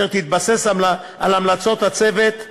שתתבסס על המלצות הצוות האמור,